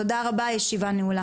תודה רבה, הישיבה נעולה.